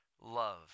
love